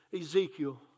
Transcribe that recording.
Ezekiel